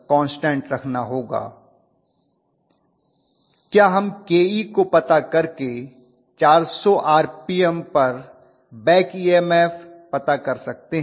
छात्र क्या हम Ke को पता करके 400 आरपीएम पर बैक ईएमएफ पता कर सकते हैं